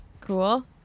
Cool